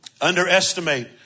underestimate